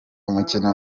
umukino